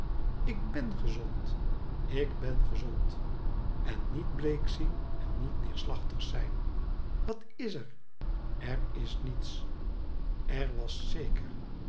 ik ben gezond ik ben gezond en niet bleek zien en niet neerslachtig zijn wat is er erisniets er was zeker